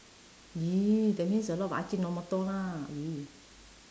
!ee! that means a lot of ajinomoto lah !ee!